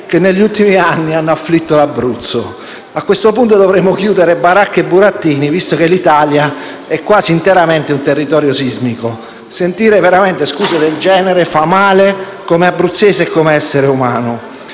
che negli ultimi anni hanno afflitto l'Abruzzo. A questo punto, dovremmo chiudere baracca e burattini, visto che l'Italia è quasi interamente un territorio sismico. Sentire scuse del genere mi fa male come abruzzese ed essere umano.